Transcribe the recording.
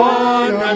one